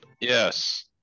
Yes